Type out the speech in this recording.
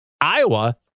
Iowa